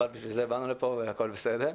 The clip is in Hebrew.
אבל באנו לפה והכל בסדר.